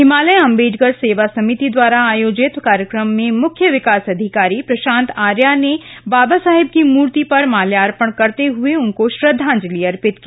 हिमालय अम्बडेकर सेवा समिति द्वारा आयोजित कार्यक्रम में मुख्य विकास अधिकारी प्रंशांत आर्या ने बाबा साहेब की मूर्ति पर माल्यापर्ण करते हुए उनको श्रद्धांजलि अर्पित की